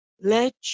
let